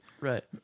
Right